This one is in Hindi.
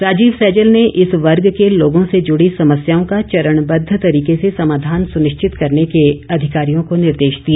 राजीव सैजल ने इस वर्ग के लोगों से जुड़ी समस्याओं का चरणबद्ध तरीके से समाधान सुनिश्चित करने के अधिकारियों को निर्देश दिए